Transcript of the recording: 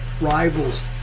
rivals